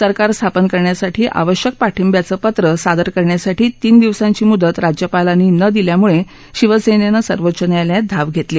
सरकार स्थापन करण्यासाठी आवश्यक पाठिख्वीचं पत्र सादर करण्यासाठी तीन दिवसाधी मुदत राज्यपालाप्ती न दिल्यामुळे शिवसेनेविर्वोच्च न्यायालयात धाव घेतली